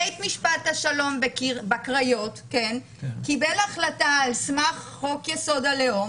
בית משפט השלום בקריות קיבל החלטה על סמך חוק-יסוד: הלאום,